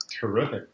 terrific